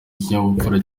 ikinyabupfura